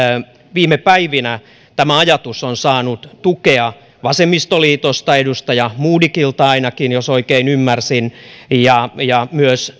viime päivinä tämä ajatus on saanut tukea vasemmistoliitosta edustaja modigilta ainakin jos oikein ymmärsin ja ja myös